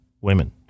women